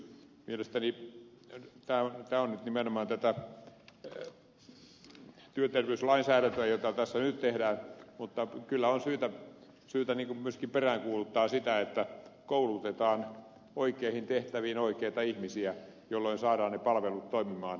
mielestäni tämä on nimenomaan tätä työterveyslainsäädäntöä jota tässä nyt tehdään mutta kyllä on syytä myöskin peräänkuuluttaa sitä että koulutetaan oikeisiin tehtäviin oikeita ihmisiä jolloin saadaan ne palvelut toimimaan